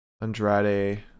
Andrade